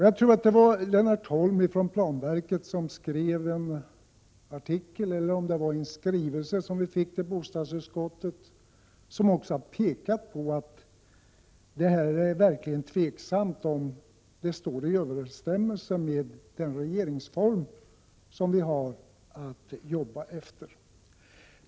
Jag tror att det var Lennart Holm från planverket som skrev en artikel, eller om det var en skrivelse som vi fick till bostadsutskottet, där han pekade på att det verkligen är tveksamt om detta förslag står i överensstämmelse med den regeringsform vi har att arbeta efter.